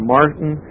Martin